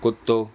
कुतो